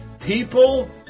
People